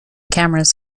cameras